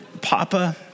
Papa